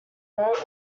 promote